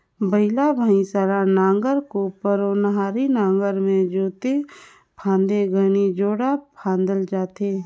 बइला भइसा ल नांगर, कोपर, ओन्हारी नागर मे जोते फादे घनी जोड़ा फादल जाथे